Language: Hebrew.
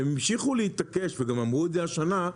הם המשיכו להתעקש וגם אמרו את זה השנה,